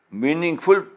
meaningful